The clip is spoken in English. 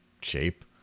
shape